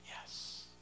Yes